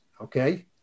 Okay